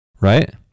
Right